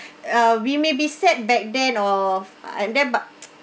uh we may be sad back then or ah and then but